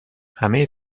همه